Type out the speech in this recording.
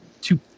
two